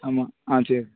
ஆமாம் ஆ சரி